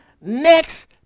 next